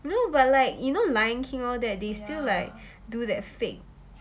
no but like you know lion king all that they still like do that fake